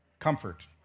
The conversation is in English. Comfort